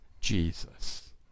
Jesus